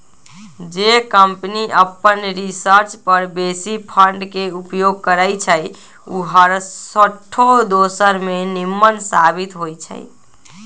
जे कंपनी अप्पन रिसर्च पर बेशी फंड के उपयोग करइ छइ उ हरसठ्ठो दोसर से निम्मन साबित होइ छइ